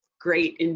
great